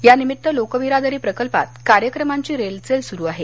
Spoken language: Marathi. यानिमित्त लोकबिरादरी प्रकल्पात कार्यक्रमांची रेलचेल सुरु आहे